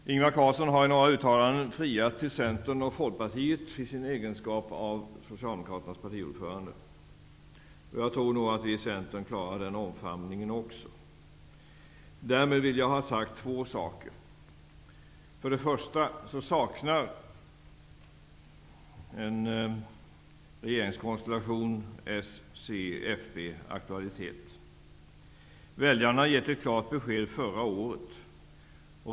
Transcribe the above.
Ingvar Carlsson har, i sin egenskap av Socialdemokraternas partiordförande, i några uttalanden friat till Centern och Folkpartiet. Jag tror nog att vi i Centern klarar den omfamningen. Därmed vill jag ha sagt två saker. För det första saknar en regeringskonstellation bestående av s, c och fp aktualitet. Väljarna gav förra året ett klart besked.